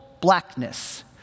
blackness